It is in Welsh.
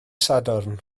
sadwrn